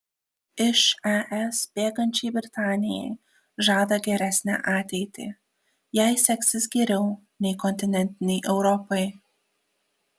iš es bėgančiai britanijai žada geresnę ateitį jai seksis geriau nei kontinentinei europai